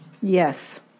Yes